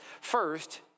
First